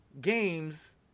games